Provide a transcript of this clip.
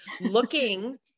looking